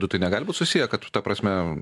tai negali būt susiję kad ta prasme